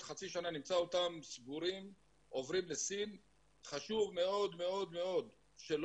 להעלות אותם אבל אנחנו בהחלט, כוועדה, נעקוב